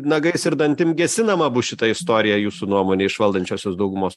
nagais ir dantim gesinama bus šita istorija jūsų nuomone iš valdančiosios daugumos